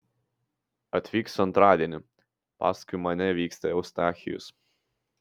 atvyksiu antradienį paskui mane vyksta eustachijus